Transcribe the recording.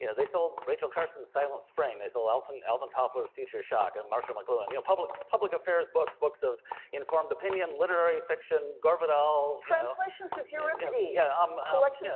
yeah they sold rachel carson's silent spring. they sold alvin alvin toffler's future shock and marshall mcluhan, you know public public affairs books, books of informed opinion, literary fiction, gore vidal. translations of euripides, and yeah um like yeah